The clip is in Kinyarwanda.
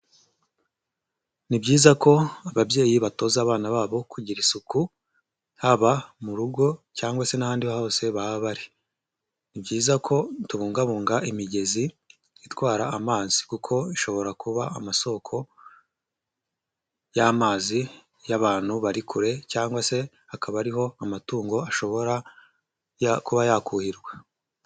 Ni byiza ko ababyeyi batoza abana babo kugira isuku, haba mu rugo cyangwa se n'ahandi hose baba bari. Ni byiza ko tubungabunga imigezi itwara amazi kuko ishobora kuba amasoko y'amazi y'abantu bari kure cyangwa se hakaba ariho amatungo ashobora kuba yakuhirwa.